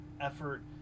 effort